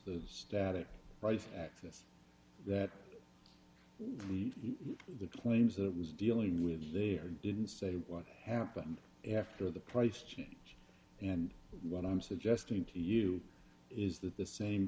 the static right axis that the the claims that it was dealing with there didn't say what happened after the price change and what i'm suggesting to you is that the same